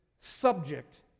subject